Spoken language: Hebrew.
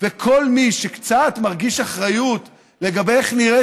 וכל מי שקצת מרגיש אחריות לגבי איך נראית